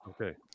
Okay